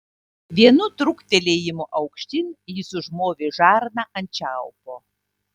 vienu trūktelėjimu aukštyn jis užmovė žarną ant čiaupo